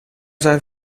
zijn